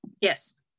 Yes